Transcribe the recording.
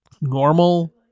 normal